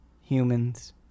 humans